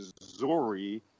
Missouri